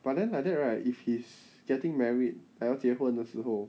but then like that right if he's getting married like 要结婚的时候